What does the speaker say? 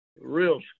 Real